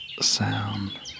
sound